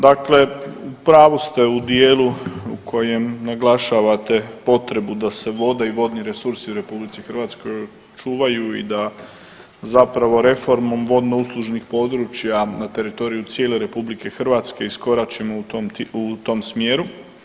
Dakle, u pravu ste u dijelu u kojem naglašavate potrebu da se vode i vodni resursi u RH očuvaju i da zapravo reformom vodnouslužnih područja na teritoriju cijele RH iskoračimo u tom smjeru.